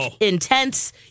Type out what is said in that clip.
intense